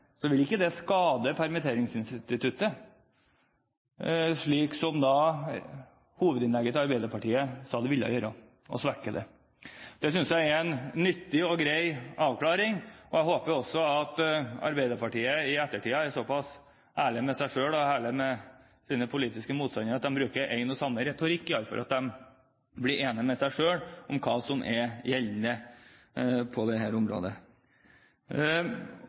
ikke skade og svekke permitteringsinstituttet, som Arbeiderpartiets hovedtalsmann sa det ville gjøre. Det synes jeg er en nyttig og grei avklaring. Jeg håper også at Arbeiderpartiet i ettertid er såpass ærlig overfor seg selv og sine politiske motstandere at de bruker en og samme retorikk – at de blir enig med seg selv om hva som er gjeldende på dette området.